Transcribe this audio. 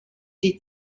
die